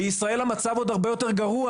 בישראל המצב עוד הרבה יותר גרוע,